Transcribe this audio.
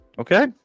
Okay